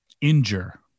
injure